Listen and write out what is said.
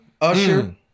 Usher